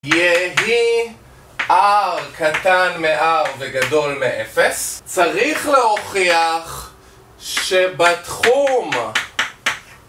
יהי r קטן מ-r וגדול מ-0 צריך להוכיח שבתחום...